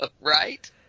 Right